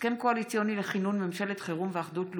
הסכם קואליציוני לכינון ממשלת חירום ואחדות לאומית,